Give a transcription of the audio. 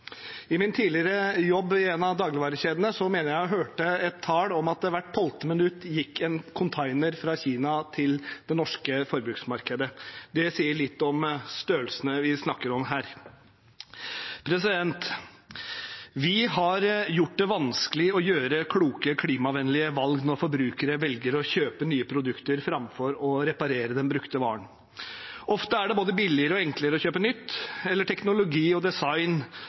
I min tidligere jobb i en av dagligvarekjedene mener jeg å ha hørt at det hvert tolvte minutt gikk en container fra Kina til det norske forbruksmarkedet. Det sier litt om størrelsene vi snakker om her. Vi har gjort det vanskelig å gjøre kloke, klimavennlige valg når forbrukere velger å kjøpe nye produkter framfor å reparere den brukte varen. Ofte er det både billigere og enklere å kjøpe nytt, eller teknologi og design